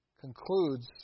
concludes